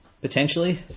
Potentially